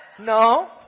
No